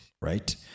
Right